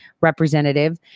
Representative